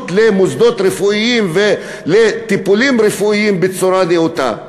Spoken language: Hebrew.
של מוסדות רפואיים וטיפולים רפואיים בצורה נאותה?